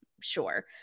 sure